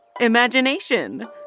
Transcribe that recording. imagination